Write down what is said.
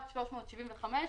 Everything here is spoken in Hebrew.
1.375 מיליארד,